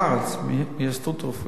בארץ, מהסתדרות הרופאים.